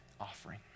offering